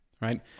Right